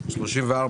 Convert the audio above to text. צוהריים טובים,